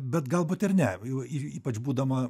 bet galbūt ir ne ypač būdama